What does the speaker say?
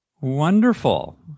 Wonderful